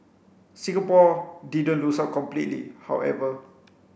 Singapore didn't lose out completely however